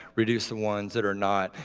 reduce the ones that are not.